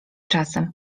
czasem